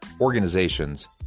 organizations